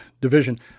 division